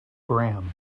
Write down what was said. graham